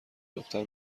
دختر